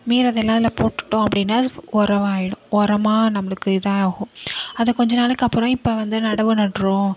மீறதெல்லாம் அதுல போட்டுட்டோம் அப்படினா ஒரமாயிடும் ஒரமா நம்மளுக்கு இதா ஆகும் அத கொஞ்ச நாளைக்கு அப்பறம் இப்போ வந்து நடவு நட்றோம்